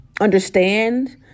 understand